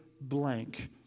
blank